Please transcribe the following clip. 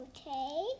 Okay